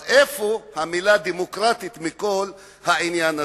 אז איפה המלה דמוקרטית בכל העניין הזה?